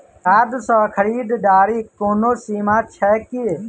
Card सँ खरीददारीक कोनो सीमा छैक की?